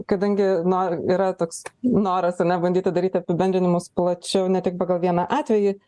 kadangi na yra toks noras ar ne bandyti daryti apibendrinimus plačiau ne tik pagal vieną atvejį